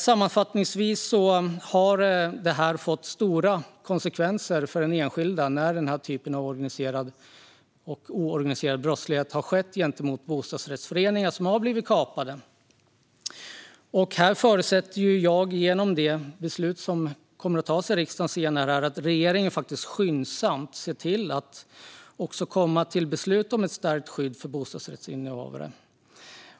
Sammanfattningsvis får det stora konsekvenser för den enskilde när en bostadsrättsförening blir kapad genom organiserad eller oorganiserad brottslighet. I och med det beslut som riksdagen kommer att fatta i dag förutsätter jag att regeringen skyndsamt återkommer med ett förslag om stärkt skydd för bostadsrättsinnehavare.